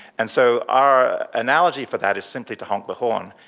and so our analogy for that is simply to honk the horn.